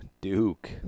Duke